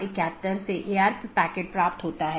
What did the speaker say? एक अन्य अवधारणा है जिसे BGP कंफेडेरशन कहा जाता है